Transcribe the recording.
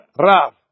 Rav